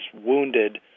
wounded